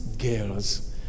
Girls